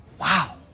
Wow